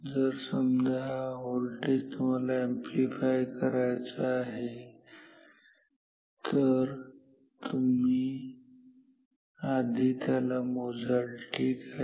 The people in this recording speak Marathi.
जर समजा हा व्होल्टेज तुम्हाला अॅम्प्लीफाय करायचं आहे तर तुम्ही आधी त्याला मोजाल ठीक आहे